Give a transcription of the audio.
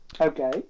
Okay